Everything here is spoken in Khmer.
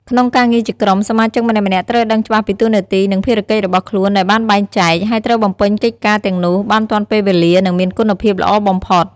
ក្នុងការងារជាក្រុម សមាជិកម្នាក់ៗត្រូវដឹងច្បាស់ពីតួនាទី និងភារកិច្ចរបស់ខ្លួនដែលបានបែងចែក ហើយត្រូវបំពេញកិច្ចការទាំងនោះបានទាន់ពេលវេលា និងមានគុណភាពល្អបំផុត។